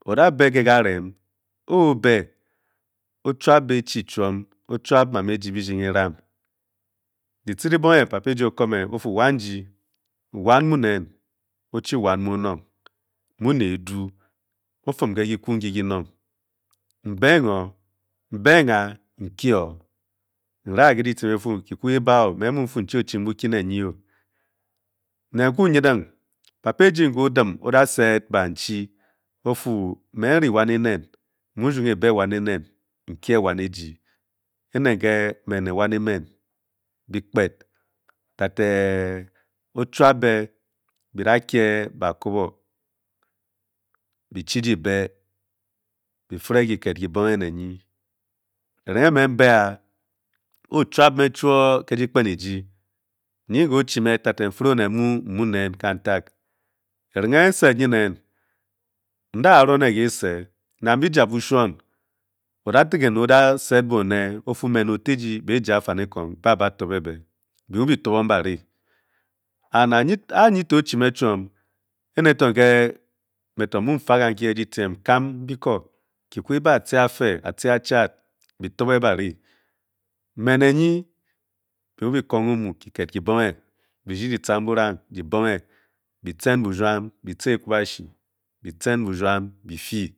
Ode be ke Karen, obe ọ chuabe chi chnme ochhab mama bijina evam di ctthe ai bonge papa eji o ko me ofu wanji wammu nen mure eduu ofum ke ki ku-nuai kinong na a’ nki ó nva'c ke didyme nfu ki ku kuba o me mu fu n chi bukee neeyio, ne nku nyaea papa eji ko dim o da sed ba nch ofu me enri wau enen nu ri ebewan enen nuie wan eji ene ke me ne wan emen bi gped tete oheas be be na ket kibonge ne nyi. Eringe me mbe'a o chuab me chou ke di gben eji nyl ke ochi me tede efeve oned me mnyen icautag. Eringe nsed ruyin nen nda ro ne kese rang be ja bushon oda degema o da set mone ofu me ne oteji bija bushua-ofanekong ba aba tobe be, be-mu be tobong ba ri, me ne nyi be mu fobaóng ba'vi a nyi to ochi me choum ene ke me to mu fa kau ki di dydiena kam biko ku ki be a chi afee achi atchat be tobe baei, me ne nyi be mu ko ong omu ki kef kibuge bi gi ai chang barang ki ked ki bncenge bichem baruart, be ctcha euubashi buruant bifi.